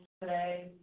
today